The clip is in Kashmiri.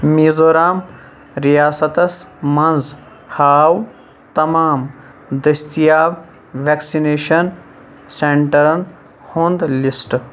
میٖزورَم ریاستس منٛز ہاو تمام دٔستیاب ویکسِنیشن سینٛٹرن ہُنٛد لِسٹ